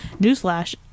Newsflash